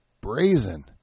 brazen